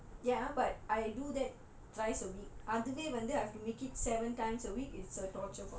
ya but I do that thrice a week அதுவே வந்து:athuve vanthu I have to make it seven times a week it's a torture for me